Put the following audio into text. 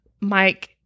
Mike